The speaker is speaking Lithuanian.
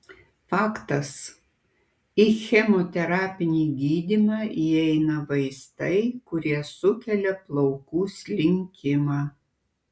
faktas į chemoterapinį gydymą įeina vaistai kurie sukelia plaukų slinkimą